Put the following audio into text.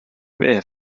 wer